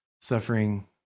suffering